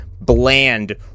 Bland